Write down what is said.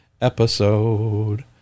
episode